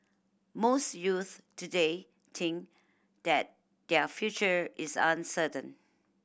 most youths today think that their future is uncertain